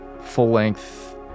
full-length